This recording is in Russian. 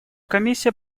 комиссия